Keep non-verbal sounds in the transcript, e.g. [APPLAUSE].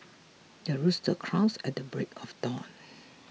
the rooster crows at the break of dawn [NOISE]